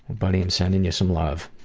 buddy, i'm sending you some love.